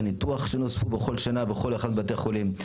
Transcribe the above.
ניתוח שנוספו בכל שנה בכל אחד מבתי החולים,